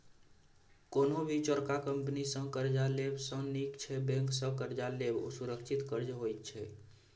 कोनो भी चोरका कंपनी सँ कर्जा लेब सँ नीक छै बैंक सँ कर्ज लेब, ओ सुरक्षित कर्ज होइत छै